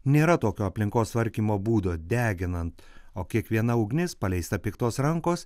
nėra tokio aplinkos tvarkymo būdo deginant o kiekviena ugnis paleista piktos rankos